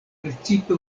precipe